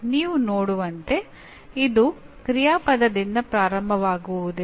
ನೀವು ನೋಡುವಂತೆ ಇದು ಕ್ರಿಯಾಪದದಿಂದ ಪ್ರಾರಂಭವಾಗುವುದಿಲ್ಲ